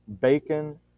bacon